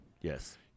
Yes